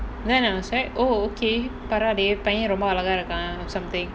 then I was like oh okay பரவால்லயே பையன் ரொம்ப அழகா இருக்கான்:paravaalayae paiyan romba alagaa irukaan or something